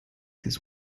his